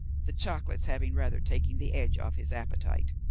the chocolates having rather taken the edge off his appetite.